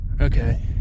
Okay